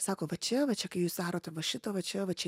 sako va čia va čia kai jūs darote va šitą va čia va čia